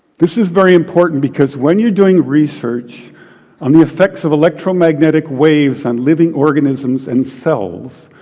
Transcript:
this is very important, because when you're doing research on the effects of electromagnetic waves on living organisms and cells,